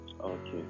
okay